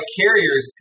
carriers